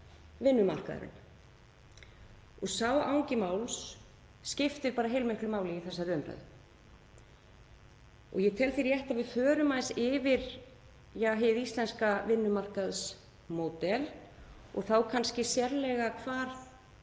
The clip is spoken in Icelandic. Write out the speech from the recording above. vinnumarkaðurinn. Og sá angi máls skiptir bara heilmiklu máli í þessari umræðu. Ég tel því rétt að við förum aðeins yfir hið íslenska vinnumarkaðsmódel og þá kannski sérlega hvað